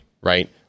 right